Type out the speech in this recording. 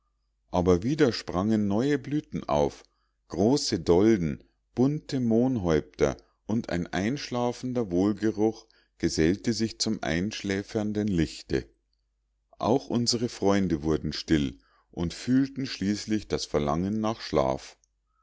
aber wieder sprangen neue blüten auf große dolden bunte mohnhäupter und ein einschläfernder wohlgeruch gesellte sich zum einschläfernden lichte auch unsere freunde wurden still und fühlten schließlich das verlangen nach schlaf